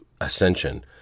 ascension